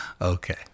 Okay